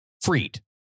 freed